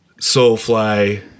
Soulfly